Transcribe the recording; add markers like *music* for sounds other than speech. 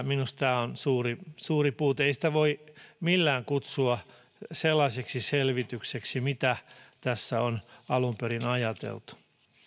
*unintelligible* minusta tämä on suuri suuri puute ei sitä voi millään kutsua sellaiseksi selvitykseksi mitä tässä on alun perin ajateltu